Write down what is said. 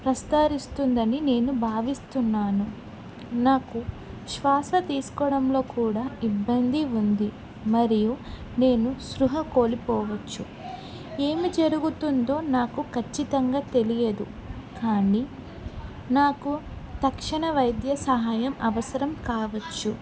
ప్రసారిస్తుందని నేను భావిస్తున్నాను నాకు శ్వాస తీసుకోవడంలో కూడా ఇబ్బంది ఉంది మరియు నేను సృహ కోల్పోవచ్చు ఏమి జరుగుతుందో నాకు ఖచ్చితంగా తెలియదు కానీ నాకు తక్షణ వైద్య సహాయం అవసరం కావచ్చు